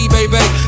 Baby